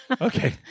Okay